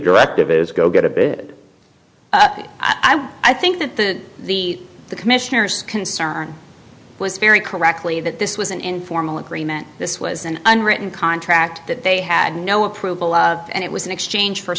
directive is go get a bit i'm i think that the the the commissioner's concern was very correctly that this was an informal agreement this was an unwritten contract that they had no approval and it was in exchange for